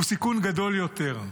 הוא סיכון גדול יותר.